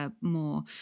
more